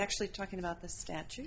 actually talking about the statute